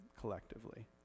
collectively